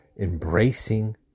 embracing